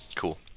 Cool